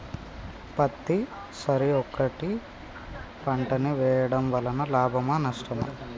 పత్తి సరి ఒకటే పంట ని వేయడం వలన లాభమా నష్టమా?